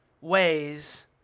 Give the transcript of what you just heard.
ways